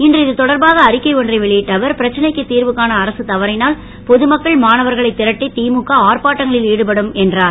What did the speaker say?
இன்று இதுதொடர்பாக அறிக்கை ஒன்றை வெளியிட்ட அவர் பிரச்னைக்கு தீர்வு காண அரசு தவறினால் பொதுமக்கள் மாணவர்களை திரட்டி திமுக ஆர்ப்பாட்டங்களில் ஈடுபடும் என்றார்